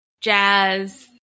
jazz